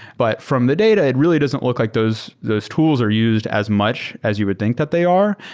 but from the data, it really doesn't look like those those tools are used as much as you would think that they are,